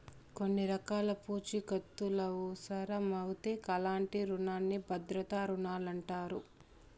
కొన్ని రకాల పూఛీకత్తులవుసరమవుతే అలాంటి రునాల్ని భద్రతా రుణాలంటారు